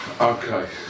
Okay